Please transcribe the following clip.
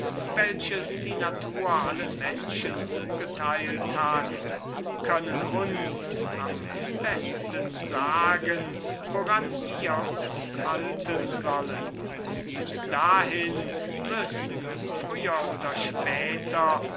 welches die natur allen menschen zugeteilt hat können uns am besten sagen woran wir uns halten sollen und dahin müssen früher oder später